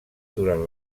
durant